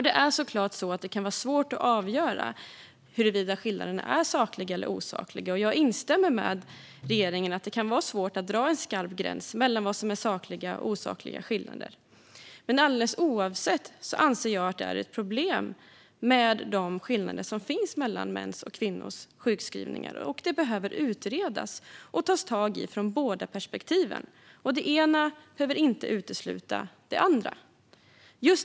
Det kan självklart vara svårt att avgöra huruvida skillnaderna är sakliga eller osakliga, och jag håller med regeringen om att det kan vara svårt att dra en skarp gräns mellan vad som är sakliga och osakliga skillnader. Alldeles oavsett anser jag dock att de skillnader mellan mäns och kvinnors sjukskrivningar som finns är ett problem som behöver utredas och tas tag i - ur båda perspektiven. Det ena behöver inte utesluta det andra.